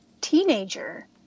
teenager